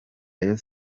rayon